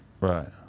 Right